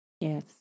Yes